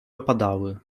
opadały